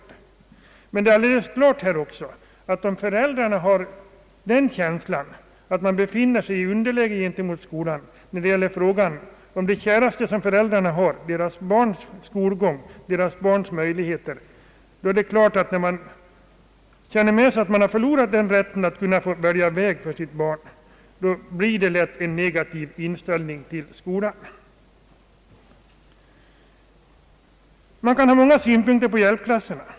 Det är alldeles klart att om föräldrarna får den känslan att de befinner sig i underläge gentemot skolan när det gäller det käraste som föräldrarna har — barnen, deras skolgång och utbildning — och känner med sig att de har förlorat rätten att kunna få välja väg för sina barn, så uppstår det lätt hos dem en negativ inställning till skolan. Man kan anlägga många synpunkter på hjälpklasserna.